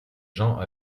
gens